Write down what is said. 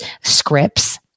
scripts